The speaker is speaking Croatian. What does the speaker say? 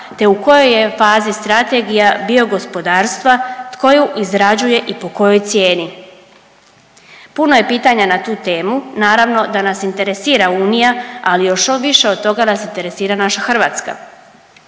te u kojoj je fazi Strategija bio gospodarstva, tko ju izrađuje i po kojoj cijeni. Puno je pitanja na tu temu, naravno da nas interesira unija, ali još više od toga da nas interesira naša Hrvatska.